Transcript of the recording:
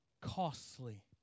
costly